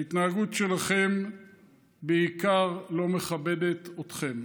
ההתנהגות שלכם בעיקר לא מכבדת אתכם.